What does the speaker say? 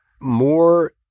more